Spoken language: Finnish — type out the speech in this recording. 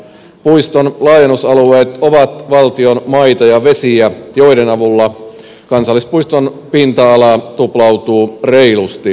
puiston laajennusalueet ovat valtion maita ja vesiä joiden avulla kansallispuiston pinta ala tuplautuu reilusti